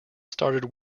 started